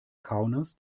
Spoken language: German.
kaunas